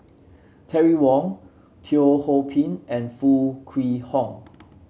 Terry Wong Teo Ho Pin and Foo Kwee Horng